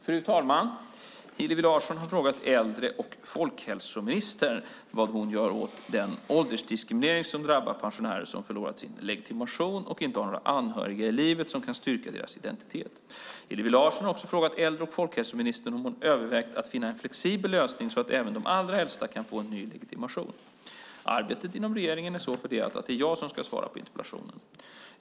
Fru talman! Hillevi Larsson har frågat äldre och folkhälsoministern vad hon gör åt den åldersdiskriminering som drabbar pensionärer som förlorat sin legitimation och inte har några anhöriga i livet som kan styrka deras identitet. Hillevi Larsson har också frågat äldre och folkhälsoministern om hon övervägt att finna en flexibel lösning så att även de allra äldsta kan få en ny legitimation. Arbetet inom regeringen är så fördelat att det är jag som ska svara på interpellationen.